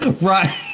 Right